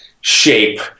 shape